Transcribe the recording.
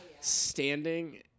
standing